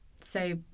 say